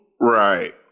Right